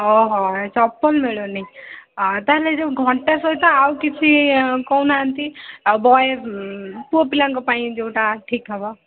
ଓହୋ ନାଇଁ ଚପଲ ମିଳୁନି ତାହାଲେ ଏଇ ଯେଉଁ ଘଣ୍ଟା ସହିତ ଆଉ କିଛି କହୁନାହାନ୍ତି ଆଉ ବଏ ପୁଅପିଲାଙ୍କ ପାଇଁ ଯୋଉଟା ଠିକ ହେବ